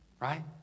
right